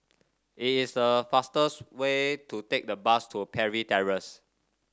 it is a fastest way to take the bus to Parry Terrace